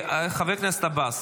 חברת הכנסת בן ארי, תודה רבה.